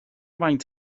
faint